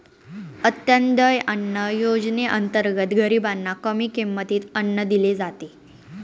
अंत्योदय अन्न योजनेअंतर्गत गरीबांना कमी किमतीत अन्न दिले जाते